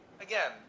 again